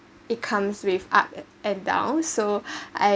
it comes with up and down so I